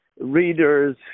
readers